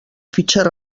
fitxer